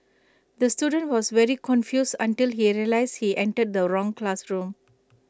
the student was very confused until he realised he entered the wrong classroom